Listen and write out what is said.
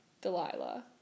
Delilah